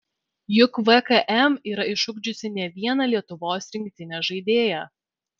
juk vkm yra išugdžiusi ne vieną lietuvos rinktinės žaidėją